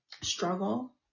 struggle